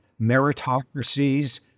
Meritocracies